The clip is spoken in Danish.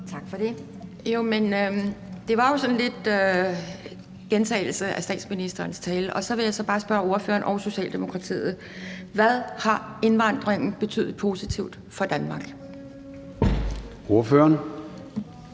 Tak for det. Det var jo sådan lidt en gentagelse af statsministerens tale, så jeg vil bare spørge ordføreren og Socialdemokratiet: Hvad har indvandringen betydet positivt for Danmark? Kl.